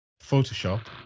Photoshop